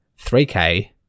3K